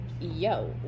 yo